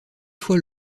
fois